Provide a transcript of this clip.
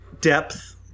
depth